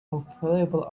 available